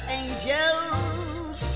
angels